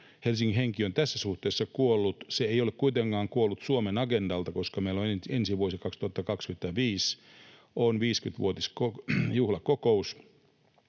Helsingin henki on tässä suhteessa kuollut. Se ei ole kuitenkaan kuollut Suomen agendalta, koska meillä ensi vuonna 2025 on 50-vuotisjuhlakokous